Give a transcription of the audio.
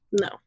No